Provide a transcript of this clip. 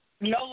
no